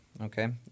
Okay